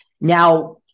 Now